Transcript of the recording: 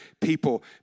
people